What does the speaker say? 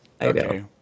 okay